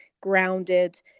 grounded